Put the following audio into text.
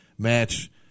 Match